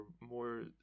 more